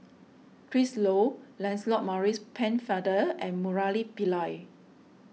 Chris Lo Lancelot Maurice Pennefather and Murali Pillai